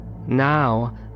Now